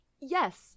Yes